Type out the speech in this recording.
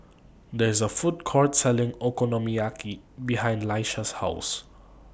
There IS A Food Court Selling Okonomiyaki behind Laisha's House